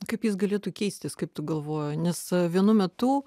kaip jis galėtų keistis kaip tu galvoji nes vienu metu